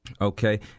Okay